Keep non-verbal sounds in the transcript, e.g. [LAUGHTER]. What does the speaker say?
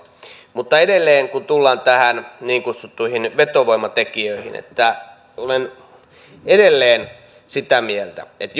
mutta edelleen kun tullaan niin kutsuttuihin vetovoimatekijöihin olen sitä mieltä että [UNINTELLIGIBLE]